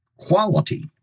Quality